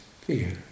fear